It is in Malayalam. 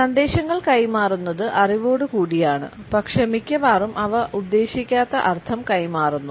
സന്ദേശങ്ങൾ കൈമാറുന്നത് അറിവോട് കൂടിയാണ് പക്ഷേ മിക്കവാറും അവ ഉദ്ദേശിക്കാത്ത അർത്ഥം കൈമാറുന്നു